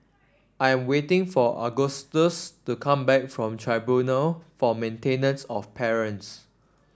I am waiting for Augustus to come back from Tribunal for Maintenance of Parents